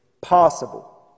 possible